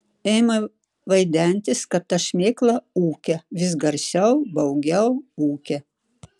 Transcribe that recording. ėmė vaidentis kad ta šmėkla ūkia vis garsiau baugiau ūkia